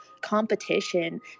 competition